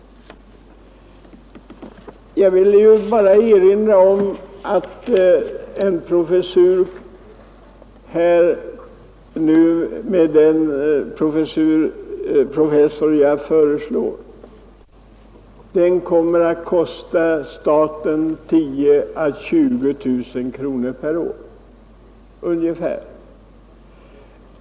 Jag vill erinra om att en professur, som jag föreslår, kommer att kosta staten 10 000 å 20 000 kronor per år.